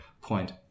point